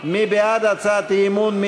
מי בעד הצעת האי-אמון?